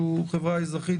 שהוא חברה אזרחית,